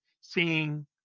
seeing